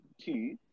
two